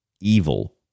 evil